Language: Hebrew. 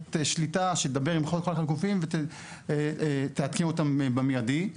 שליטה שתדבר עם כל אחד מהגופים ותעדכן אותם במיידי,